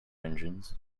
engines